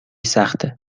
سخته